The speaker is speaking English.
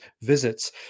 visits